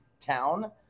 town